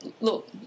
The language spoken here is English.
look